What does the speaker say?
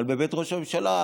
אבל בבית ראש הממשלה,